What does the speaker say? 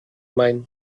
main